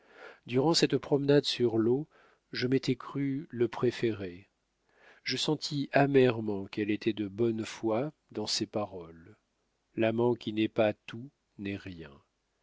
durant cette promenade sur l'eau je m'étais cru le préféré je sentis amèrement qu'elle était de bonne foi dans ses paroles l'amant qui n'est pas tout n'est rien